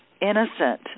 innocent